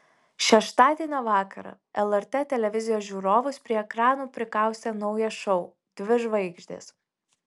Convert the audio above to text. šeštadienio vakarą lrt televizijos žiūrovus prie ekranų prikaustė naujas šou dvi žvaigždės